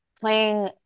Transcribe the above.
playing